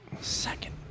Second